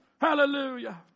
Hallelujah